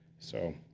so